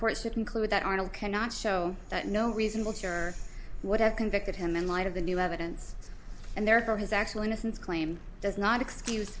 conclude that arnold cannot show that no reasonable sure what have convicted him in light of the new evidence and therefore his actual innocence claim does not excuse